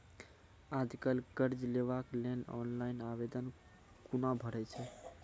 आज कल कर्ज लेवाक लेल ऑनलाइन आवेदन कूना भरै छै?